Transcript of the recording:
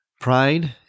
Pride